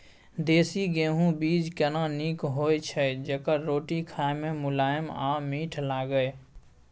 देसी गेहूँ बीज केना नीक होय छै जेकर रोटी खाय मे मुलायम आ मीठ लागय?